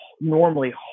normally